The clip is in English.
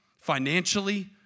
financially